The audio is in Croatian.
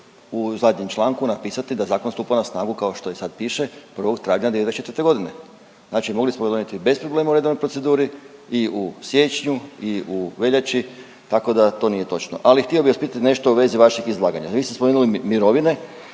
u zadnjem članku napisati da zakon stupa na snagu kao što i sad piše 1. travnja 2024., znači mogli smo donijeti bez problema u redovnoj proceduri i u siječnju i u veljači, tako da to nije točno, ali htio bi vas pitati nešto u vezi vaših izlaganja. Vi ste spomenuli mirovine